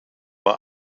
war